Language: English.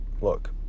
Look